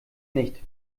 nicht